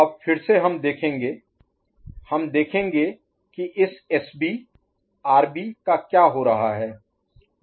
अब फिर से हम देखेंगे हम देखेंगे कि इस एसबी आरबी का क्या हो रहा है